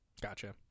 Gotcha